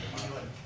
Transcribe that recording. queuing